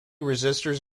resistors